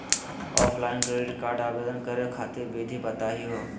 Offline credit card आवेदन करे खातिर विधि बताही हो?